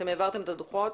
אתם העברתם את הדוחות.